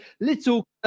little